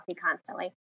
constantly